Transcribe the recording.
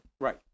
Right